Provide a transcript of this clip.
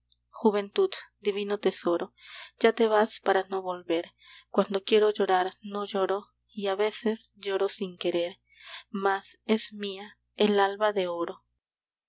juventud divino tesoro ya te vas para no volver cuando quiero llorar no lloro y a veces lloro sin querer mas es mía el alba de oro